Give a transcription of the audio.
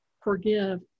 forgive